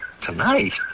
Tonight